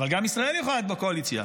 אבל גם ישראל יכולה להיות בקואליציה.